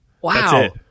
Wow